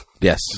Yes